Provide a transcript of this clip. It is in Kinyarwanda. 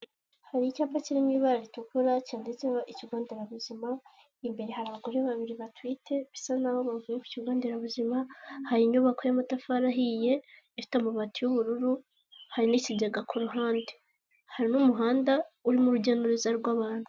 Hari icyapa kiri mu ibara ritukura cyanditseho ikigo nderabuzima, imbere hari abagore babiri batwite bisa n'aho bavuye ku kigo nderabuzima. Hari inyubako y'amatafari ahiye ifite amabati y'ubururu, hari n'ikigega ku ruhande. Hari n'umuhanda urimo urujya n'uruza rw'abantu.